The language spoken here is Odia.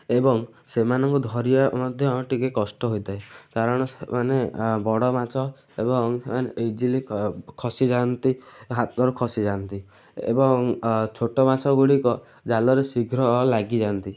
ଏବଂ ସେମାନଙ୍କୁ ଧରିବା ମଧ୍ୟ ଟିକେ କଷ୍ଟ ହୋଇଥାଏ କାରଣ ସେମାନେ ବଡ଼ ମାଛ ଏବଂ ସେମାନେ ଇଜିଲି ଖସିଯାଆନ୍ତି ହାତରୁ ଖସିଯାଆନ୍ତି ଏବଂ ଛୋଟ ମାଛଗୁଡ଼ିକ ଜାଲରେ ଶୀଘ୍ର ଲାଗିଯାଆନ୍ତି